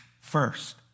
first